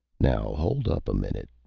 now hold up a minute,